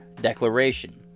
declaration